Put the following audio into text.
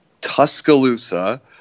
Tuscaloosa